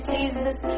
Jesus